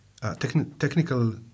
technical